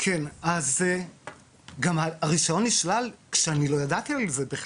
גם הרישיון נשלל כשאני לא ידעתי על זה בכלל,